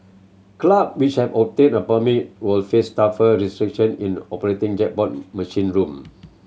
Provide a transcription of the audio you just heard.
club which have obtained a permit will face tougher restriction in the operating jackpot machine room